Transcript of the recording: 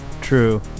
True